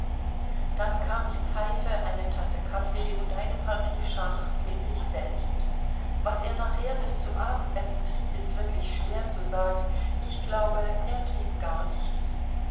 dann kam die pfeife eine tasse kaffee und eine partie schach mit sich selbst was er nachher bis zum abendessen trieb ist wirklich schwer zu sagen ich glaube er trieb gar nichts